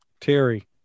Terry